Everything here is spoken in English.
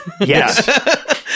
Yes